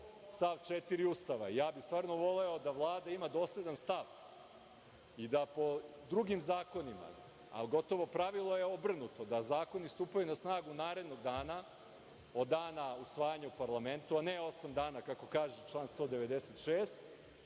stav 4. Ustava. Voleo bih da Vlada ima dosledan stav i da po drugim zakonima, a gotovo pravilo je obrnuto, da zakoni stupaju na snagu narednog dana od dana usvajanja u parlamentu, ne osam dana kako kaže član 196.